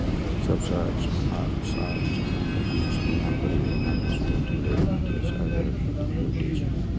सबसं आशाजनक अनुसंधान परियोजना कें शोध लेल वित्तीय सहायता भेटै छै